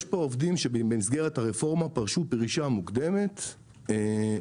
יש עובדים שפרשו פרישה מוקדמת במסגרת הרפורמה,